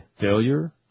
failure